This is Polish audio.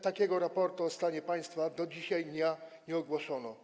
Takiego raportu o stanie państwa do dzisiaj dnia nie ogłoszono.